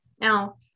Now